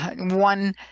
one